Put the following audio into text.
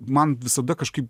man visada kažkaip